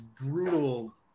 brutal